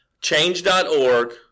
change.org